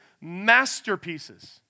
masterpieces